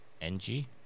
NG